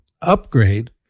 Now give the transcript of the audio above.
upgrade